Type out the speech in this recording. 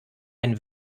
ein